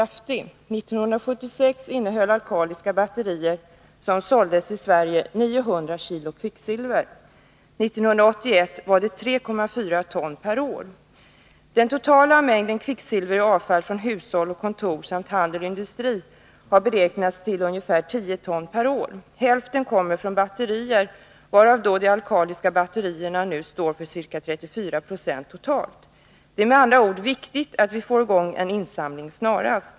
1976 innehöll alkaliska batterier som såldes i Sverige 900 kg kvicksilver. 1981 var mängden 3,4 ton per år. Den totala mängden kvicksilver i avfall från hushåll och kontor samt från handel och industri har beräknats till 10 ton per år. Hälften kommer från batterier, av vilka de alkaliska batterierna nu står för ca 34 90 totalt. Det är med andra ord viktigt att vi snarast får i gång en insamling.